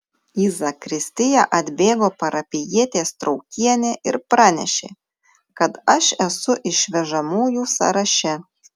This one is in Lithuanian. į zakristiją atbėgo parapijietė straukienė ir pranešė kad aš esu išvežamųjų sąraše